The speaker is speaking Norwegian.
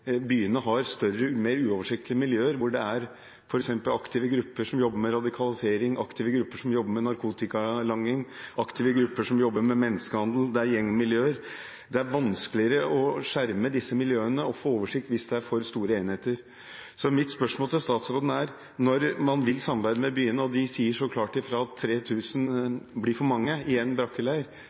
Byene har større og mer uoversiktlige miljøer hvor det f. eks. er aktive grupper som jobber med radikalisering, aktive grupper som jobber med narkotikalanging, aktive grupper som jobber med menneskehandel, og det er gjengmiljøer. Det er vanskeligere å skjerme disse miljøene og få oversikt hvis det er for store enheter. Så mitt spørsmål til statsråden er: Når man vil samarbeide med byene, og de sier så klart ifra at 3 000 blir for mange i en brakkeleir,